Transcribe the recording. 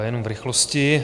Jenom v rychlosti.